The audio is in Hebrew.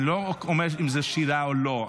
אני לא אומר אם זה שירה או לא,